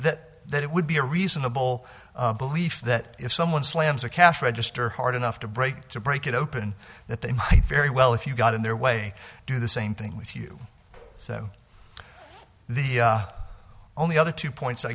that that it would be a reasonable belief that if someone slams a cash register hard enough to break to break it open that they might very well if you got in their way do the same thing with you the only other two points i